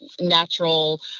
natural